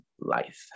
life